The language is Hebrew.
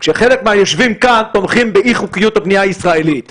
כשחלק מהיושבים כאן תומכים באי-חוקיות הבנייה הישראלית.